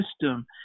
system